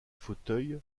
fauteuil